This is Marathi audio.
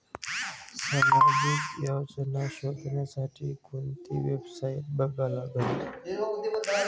सामाजिक योजना शोधासाठी कोंती वेबसाईट बघा लागन?